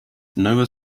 nova